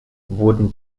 wurden